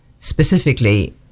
specifically